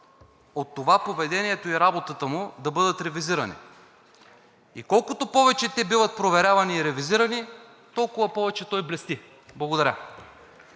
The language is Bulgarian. от това поведението и работата му да бъдат ревизирани. И колкото повече те биват проверявани и ревизирани, толкова повече той блести. Благодаря.